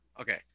Okay